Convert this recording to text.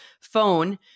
phone